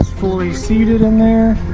fully seated in there.